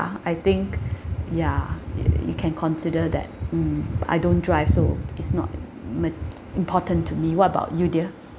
I think ya y~ you can consider that mm I don't drive so it's not mat~ important to me what about you dear